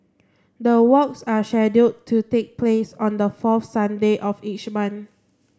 the walks are to take place on the fourth Sunday of each month